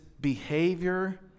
behavior